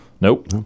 Nope